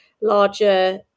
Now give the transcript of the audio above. larger